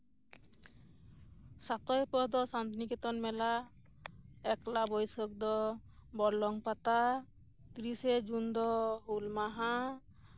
ᱥᱟᱛᱮᱭ ᱯᱳᱥ ᱫᱚ ᱥᱟᱱᱛᱤᱱᱤᱠᱮᱛᱚᱱ ᱢᱮᱞᱟ ᱮᱠᱞᱟ ᱵᱟᱹᱭᱥᱟᱹᱠᱷ ᱫᱚ ᱵᱚᱨᱞᱚᱝ ᱯᱟᱛᱟ ᱛᱤᱨᱤᱥᱮ ᱡᱩᱱ ᱫᱚ ᱦᱩᱞ ᱢᱟᱦᱟ